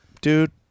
Dude